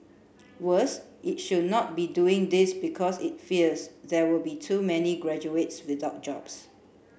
worse it should not be doing this because it fears there will be too many graduates without jobs